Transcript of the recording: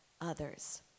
others